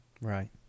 Right